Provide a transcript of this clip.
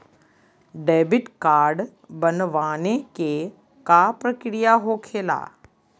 Debit card बनवाने के का प्रक्रिया होखेला?